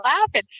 laughing